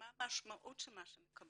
מה המשמעות של מה שמקבלים